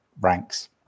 ranks